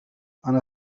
أنا